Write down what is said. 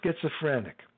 schizophrenic